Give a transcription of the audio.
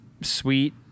sweet